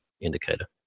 indicator